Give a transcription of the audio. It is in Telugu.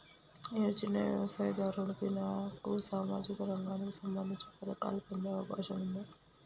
నేను చిన్న వ్యవసాయదారుడిని నాకు సామాజిక రంగానికి సంబంధించిన పథకాలు పొందే అవకాశం ఉందా?